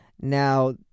Now